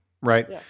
Right